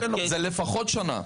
זה לפחות שנה.